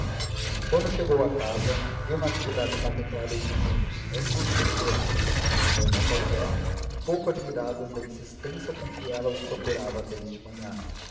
quando chegou a casa viu natividade a contemplar os meninos ambos nos berços as amas ao pé um pouco admiradas da insistência com que ela os procurava desde manhã